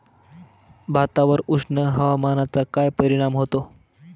भातावर उष्ण हवामानाचा काय परिणाम होतो?